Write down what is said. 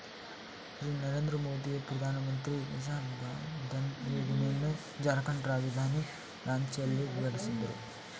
ಶ್ರೀ ನರೇಂದ್ರ ಮೋದಿಯು ಪ್ರಧಾನಮಂತ್ರಿ ಕಿಸಾನ್ ಮಾನ್ ಧನ್ ಯೋಜನೆಯನ್ನು ಜಾರ್ಖಂಡ್ ರಾಜಧಾನಿ ರಾಂಚಿಯಲ್ಲಿ ಉದ್ಘಾಟಿಸಿದರು